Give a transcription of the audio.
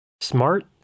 smart